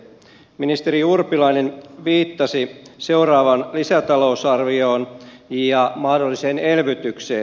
ministeri urpilainen viittasi seuraavaan lisätalousarvioon ja mahdolliseen elvytykseen